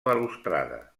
balustrada